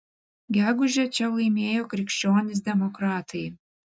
gegužę čia laimėjo krikščionys demokratai